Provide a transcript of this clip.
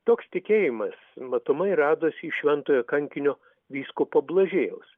toks tikėjimas matomai radosi iš šventojo kankinio vyskupo blažiejaus